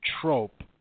trope